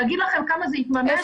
להגיד לכם כמה זה יתממש?